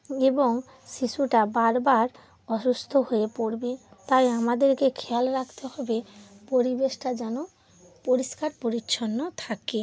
এবং শিশুটা বারবার অসুস্থ হয়ে পড়বে তাই আমাদেরকে খেয়াল রাখতে হবে পরিবেশটা যেন পরিষ্কার পরিচ্ছন্ন থাকে